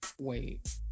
Wait